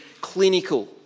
clinical